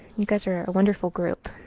you guys are a wonderful group.